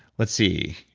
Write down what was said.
let's see,